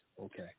Okay